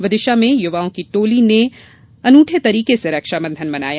विदिशा में युवाओं की टोली ने अनूठी तरह से रक्षाबंधन मनाया